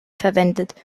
verwendet